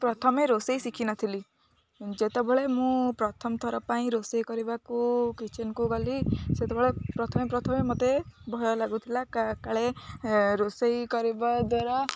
ପ୍ରଥମେ ରୋଷେଇ ଶିଖିନ ଥିଲି ଯେତେବେଳେ ମୁଁ ପ୍ରଥମ ଥର ପାଇଁ ରୋଷେଇ କରିବାକୁ କିଚେନ୍କୁ ଗଲି ସେତେବେଳେ ପ୍ରଥମେ ପ୍ରଥମେ ମତେ ଭୟ ଲାଗୁଥିଲା କାଳେ ରୋଷେଇ କରିବା ଦ୍ୱାରା